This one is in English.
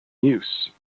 use